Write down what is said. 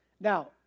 Now